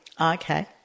Okay